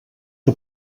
que